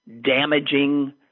damaging